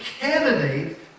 candidate